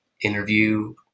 interview